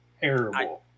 terrible